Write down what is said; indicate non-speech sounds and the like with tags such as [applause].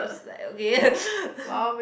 it's like okay [laughs]